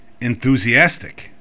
enthusiastic